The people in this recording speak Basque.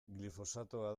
glifosatoa